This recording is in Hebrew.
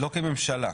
לא כממשלה.